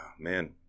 Man